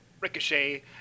Ricochet